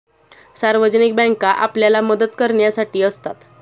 सार्वजनिक बँका आपल्याला मदत करण्यासाठी असतात